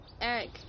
Eric